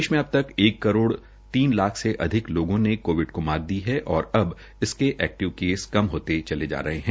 देश में अबतक एक करोड़ तीन लाख से अधिक लोगों ने कोविड को मात दी है और अब इसके एक्टिव मामले कम होते चले जा रहे है